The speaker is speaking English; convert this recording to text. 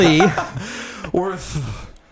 Worth